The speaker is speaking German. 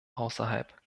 außerhalb